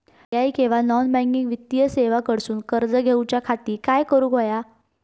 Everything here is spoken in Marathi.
पर्यायी किंवा नॉन बँकिंग वित्तीय सेवा कडसून कर्ज घेऊच्या खाती काय करुक होया?